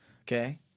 Okay